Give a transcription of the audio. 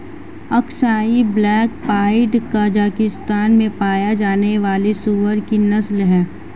Aksai black pied Kazakhstan में पाया जाने वाली सूअर की नस्ल है